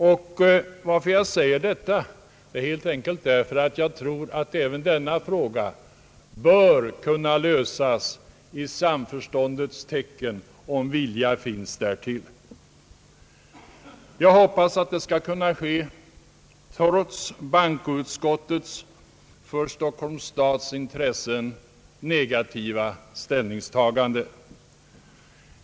Anledningen till att jag säger detta är helt enkelt att jag tror att även denna fråga bör kunna lösas i samförståndets tecken, om viljan finns därtill. Jag hoppas att det skall kunna ske trots bankoutskottets för Stockholms stads intressen negativa ställningstagande.